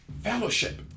fellowship